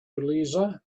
lisa